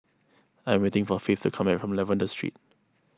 I am waiting for Faith to come back from Lavender Street